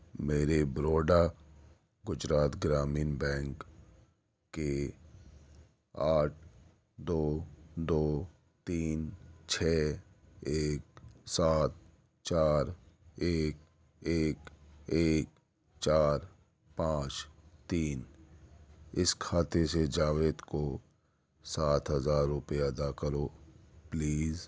میرے بروڈا گجرات گرامین بینک کے آٹھ دو دو تین چھ ایک سات چار ایک ایک ایک چار پانچ تین اس کھاتے سے جاوید کو سات ہزار روپیہ ادا کرو پلیز